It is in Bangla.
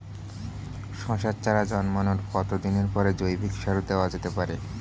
শশার চারা জন্মানোর কতদিন পরে জৈবিক সার দেওয়া যেতে পারে?